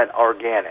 organic